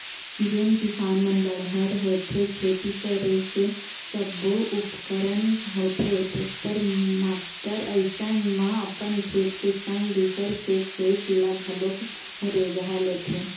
जेन किसान मन बड़हर होथे खेती करे के सब्बो उपकरन होथे टेक्टर माक्टर अइसन म अपन खेत के संग दूसर के खेत ल घलोक रेगहा लेथे